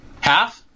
Half